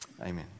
Amen